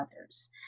others